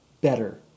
better